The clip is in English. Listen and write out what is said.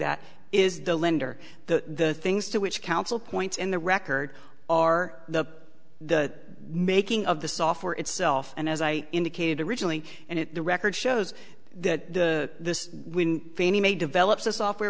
that is the lender the things to which counsel points in the record are the the making of the software itself and as i indicated originally and it the record shows that this when fannie mae develops a software